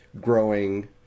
growing